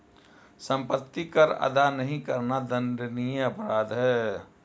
सम्पत्ति कर अदा नहीं करना दण्डनीय अपराध है